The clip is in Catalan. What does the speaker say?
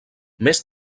més